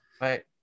Right